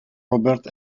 robert